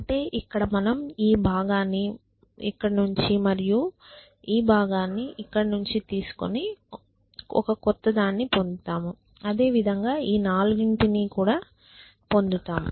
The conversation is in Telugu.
అంటే ఇక్కడ మనం ఈ భాగాన్ని మరియు ఇక్కడినుంచి ఈ భాగాన్ని తీసుకుని ఒకదాన్ని పొందుతాము అదేవిధంగా ఈ నాలుగింటిని పొందుతాము